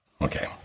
Okay